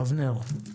אבנר, בבקשה.